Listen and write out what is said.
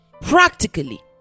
Practically